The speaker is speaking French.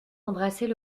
embrassait